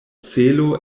celo